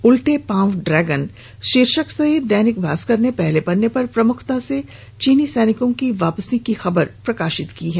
उलटे पांव ड्रैगन शीर्षक से दैनिक भास्कर ने पहले पन्ने पर प्रमुखता चीनी सैनिकों की वापसी की खबर को प्रकाशित किया है